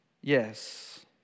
Yes